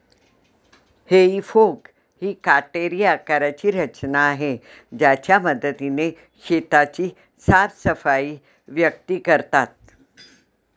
हेई फोक ही काटेरी आकाराची रचना आहे ज्याच्या मदतीने शेताची साफसफाई व्यक्ती करतात